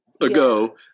ago